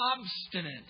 obstinate